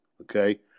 okay